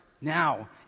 now